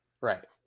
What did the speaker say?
Right